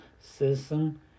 System